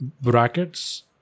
brackets